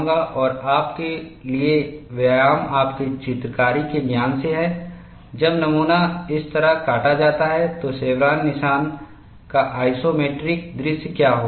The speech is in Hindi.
और आपके लिए व्यायाम आपके चित्रकारी के ज्ञान से है जब नमूना इस तरह काटा जाता है तो शेवरॉन निशान का आइसोमेट्रिकदृश्य क्या होगा